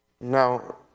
Now